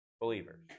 believers